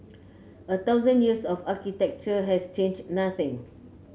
a thousand years of architecture has changed nothing